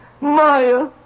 Maya